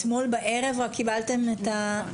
אתמול בערב רק קיבלתם את הזימון?